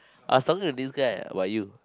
I was talking to this guy about you